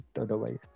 otherwise